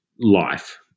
life